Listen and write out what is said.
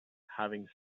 having